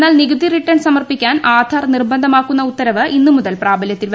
എന്നാൽ നികുതി റിട്ടേൺ സമർപ്പിക്കാൻ ആധാർ നിർബന്ധമാക്കുന്ന ഉത്തരവ് ഇന്ന് മുതൽ പ്രാബല്യത്തിൽ വരും